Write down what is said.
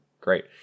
great